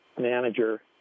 manager